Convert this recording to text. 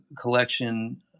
collection